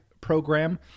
program